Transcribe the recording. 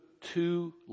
two